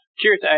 Curious